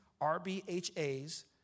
RBHA's